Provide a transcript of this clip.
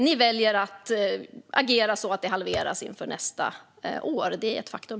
Ni väljer att agera så att det halveras inför nästa år. Det är ett faktum.